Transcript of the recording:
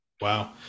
Wow